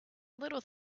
little